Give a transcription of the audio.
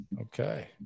Okay